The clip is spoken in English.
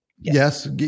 Yes